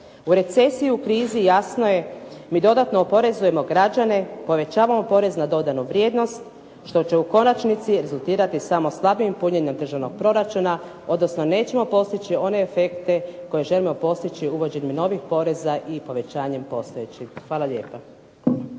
U recesiji, u krizi jasno je mi dodatno oporezujemo građane, povećavamo porez na dodanu vrijednost što će u konačnici rezultirati samo slabijim punjenjem državnog proračuna, odnosno nećemo postići one efekte koje želimo postići uvođenjem novih poreza i povećanjem postojećih. Hvala lijepo.